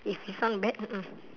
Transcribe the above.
if you sound bad mm mm